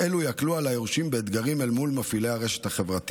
אלו יקלו על היורשים באתגרים אל מול מפעילי הרשת החברתית.